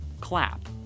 clap